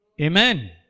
Amen